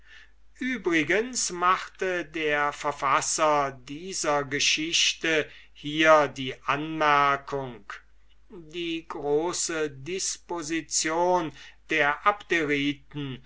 übrigens macht der verfasser dieser geschichte hier die anmerkung die große disposition der